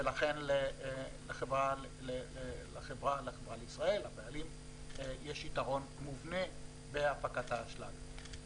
ולכן לחברה לישראל יש יתרון מובנה בהפקת האשלג.